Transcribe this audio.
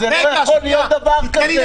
זה לא יכול להיות דבר כזה.